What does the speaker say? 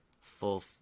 full